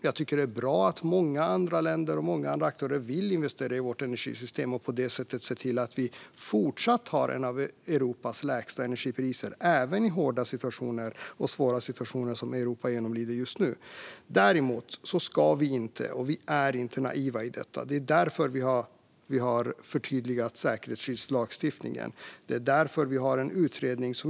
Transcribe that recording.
Jag tycker att det är bra att många andra länder och aktörer vill investera i vårt energisystem och på det sättet se till att vi fortsatt har ett av Europas lägsta energipriser, även i hårda och svåra situationer som den Europa genomlider just nu. Däremot ska vi inte vara, och är vi inte, naiva i detta. Det är därför vi har förtydligat säkerhetsskyddslagstiftningen, och det är därför vi har en utredning.